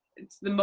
it's the,